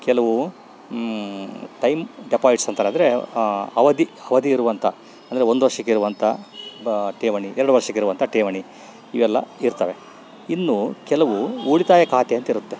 ಕೆಲವು time deposits ಅಂತಾರ್ರಂದರೆ ಅವಧಿ ಅವಧಿಯಿರುವಂಥ ಅಂದರೆ ಒಂದು ವರ್ಷಕ್ಕಿರುವಂಥ ಠೇವಣಿ ಎರಡು ವರ್ಷಕ್ಕಿರುವಂಥ ಠೇವಣಿ ಇವೆಲ್ಲ ಇರ್ತವೆ ಇನ್ನು ಕೆಲವು ಉಳಿತಾಯ ಖಾತೆ ಅಂತಿರುತ್ತೆ